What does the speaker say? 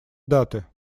даты